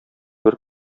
бер